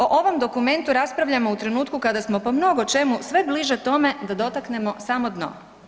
O ovom dokumentu raspravljamo u trenutku kada smo po mnogo čemu sve bliže tome da dotaknemo samo dno.